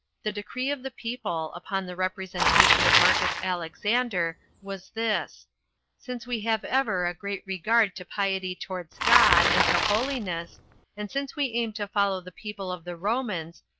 the decree of the people, upon the representation of marcus alexander, was this since we have ever a great regard to piety towards god, and to holiness and since we aim to follow the people of the romans,